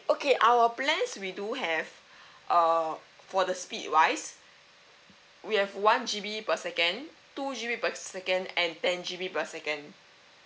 okay our plans we do have uh for the speed wise we have one G_B per second two G_B per second and ten G_B per second